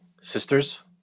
sisters